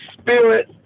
spirit